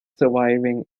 surviving